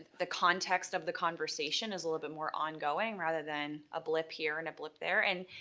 the context of the conversation is a little but more on going, rather than a blip here and a blip there. and,